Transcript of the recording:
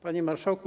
Panie Marszałku!